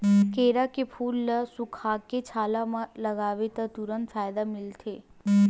केरा के फूल ल सुखोके छाला म लगाबे त तुरते फायदा मिलथे